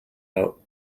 out